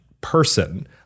person